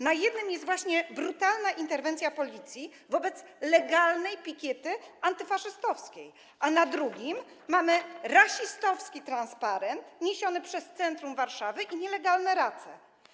Na jednym jest właśnie brutalna interwencja Policji wobec legalnej pikiety antyfaszystowskiej, a na drugim mamy rasistowski transparent niesiony przez centrum Warszawy i nielegalne race.